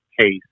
Case